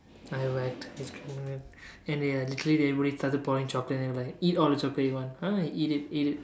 I whacked ice cream and they uh literally they really started pouring chocolate and I'm like eat all the chocolate you want ah eat it eat it